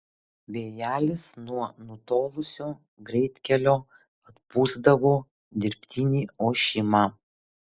vėjelis nuo nutolusio greitkelio atpūsdavo dirbtinį ošimą